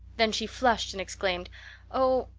then she flushed and exclaimed oh,